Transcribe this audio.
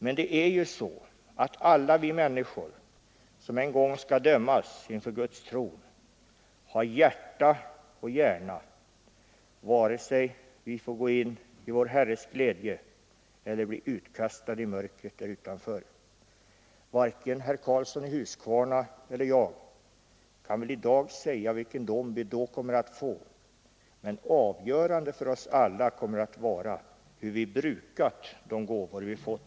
Men det är ju så att alla vi människor som en gång skall dömas inför Guds tron har hjärta och hjärna vare sig vi får gå in i vår Herres glädje eller blir kastade i mörkret där utanför. Varken herr Karlsson i Huskvarna eller jag kan väl i dag säga vilken dom vi då kommer att få. Men avgörande för oss alla kommer att vara hur vi brukat de gåvor vi fått.